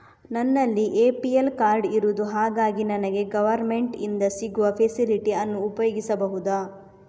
ನನ್ನಲ್ಲಿ APL card ಇರುದು ಹಾಗಾಗಿ ನನಗೆ ಗವರ್ನಮೆಂಟ್ ಇಂದ ಸಿಗುವ ಫೆಸಿಲಿಟಿ ಅನ್ನು ಉಪಯೋಗಿಸಬಹುದಾ?